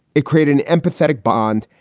it created an empathetic bond,